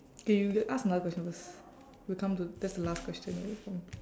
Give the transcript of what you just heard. K you ask another question first we'll come to that's the last question